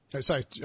Sorry